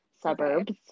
suburbs